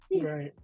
right